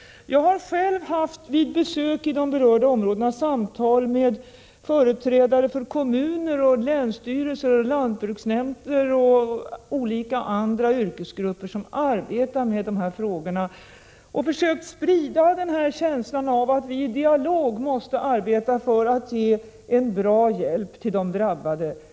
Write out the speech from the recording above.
Jag har själv vid besök i de berörda områdena haft samtal med företrädare för kommuner, länsstyrelser, lantbruksnämnder och olika andra yrkesgrupper, som arbetar med de här frågorna, och försökt sprida känslan av att vi i dialog måste arbeta för att ge en bra hjälp till de drabbade.